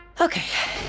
Okay